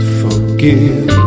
forgive